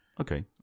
Okay